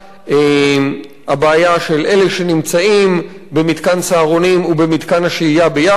הבעיה האחת היא של אלה שנמצאים במתקן "סהרונים" ובמתקן השהייה ביחד.